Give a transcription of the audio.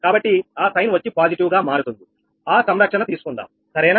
కాబట్టి ఆ సైన్ వచ్చి పాజిటివ్ గా మారుతుంది ఆ సంరక్షణ తీసుకుందాం సరేనా